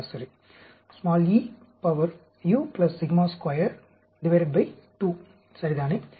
சராசரி சரிதானே